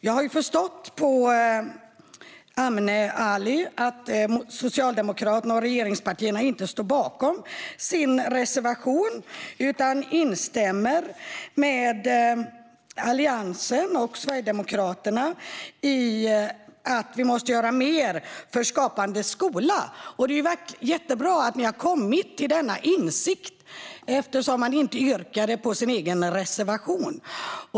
Jag förstod på Amne Ali att Socialdemokraterna och regeringspartierna inte står bakom sin reservation utan instämmer med Alliansen och Sverigedemokraterna i att vi måste göra mer för Skapande skola. Det är jättebra att man har kommit till denna insikt - man yrkade ju inte bifall till sin egen reservation.